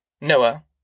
Noah